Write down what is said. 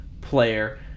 player